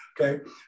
okay